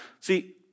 See